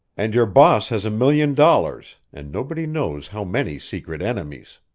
and your boss has a million dollars and nobody knows how many secret enemies.